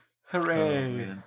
Hooray